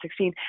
2016